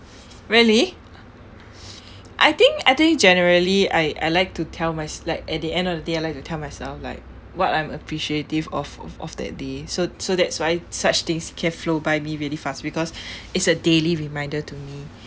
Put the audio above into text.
really I think I think generally I I like to tell mys~ like at the end of the day I like to tell myself like what I am appreciative of of of that day so so that's why such things can flow by me really fast because it's a daily reminder to me